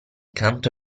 canto